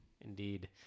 Indeed